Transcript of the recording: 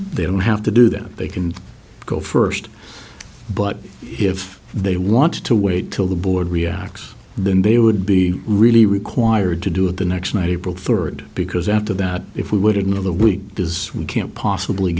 they don't have to do that they can go first but if they want to wait till the board reacts then they would be really required to do it the next night april third because after that if we would ignore the we does we can't possibly